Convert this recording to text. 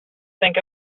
think